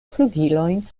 flugilojn